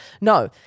no